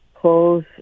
close